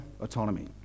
autonomy